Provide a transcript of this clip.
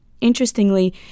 Interestingly